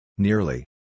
Nearly